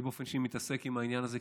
אני באופן אישי מתעסק עם העניין הזה,